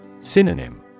Synonym